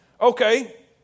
okay